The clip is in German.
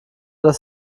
das